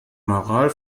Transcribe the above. moral